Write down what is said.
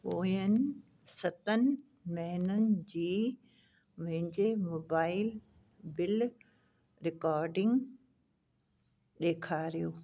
पोइनि सतनि महीननि जी मुंहिंजे मोबाइल बिल रिकॉडिंग ॾेखारियो